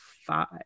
five